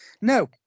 no